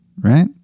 right